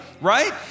right